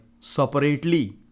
separately